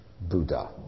Buddha